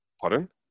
Pardon